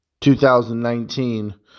2019